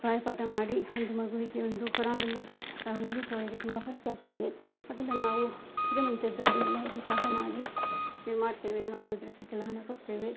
ಬಾಯಿಪಾಠ ಮಾಡಿ ಒಂದು ಮಗುವಿಗೆ ಒಂದು ಕುರಾನೆಲ್ಲ ಮುಗಿಸುವೊಳಗೆ ತುಂಬ ಖರ್ಚಾಗ್ತದೆ ಅದನ್ನ ನಾವು ಶ್ರೀಮಂತರಿದ್ದವರು ಎಲ್ಲ ಅವರಿಗೆ ಸಹಾಯ ಮಾಡಿ ಇದು ಮಾಡ್ತೇವೆ ನಾವು ಮದ್ರಸಿಗೆಲ್ಲ ಹಣ ಕೊಡ್ತೇವೆ